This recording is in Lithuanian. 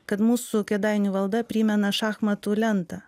kad mūsų kėdainių valda primena šachmatų lentą